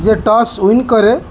ଯେ toss win